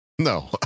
No